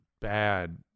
bad